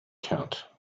count